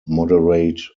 moderate